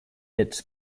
its